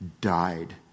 died